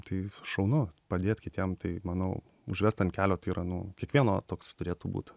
tai šaunu padėt kitiem tai manau užvest ant kelio tai yra nu kiekvieno toks turėtų būt